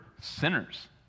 sinners